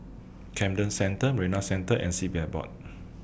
Camden Centre Marina Centre and C P F Board